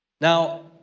Now